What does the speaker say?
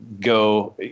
go